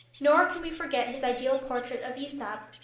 nor can we forget his ideal portrait of aesop,